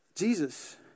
Jesus